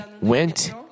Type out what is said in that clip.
went